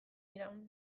iraun